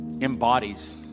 embodies